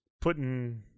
putting